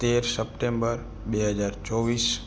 તેર સપ્ટેમ્બર બે હજાર ચોવીસ